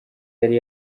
yari